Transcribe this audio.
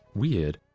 weird.